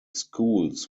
schools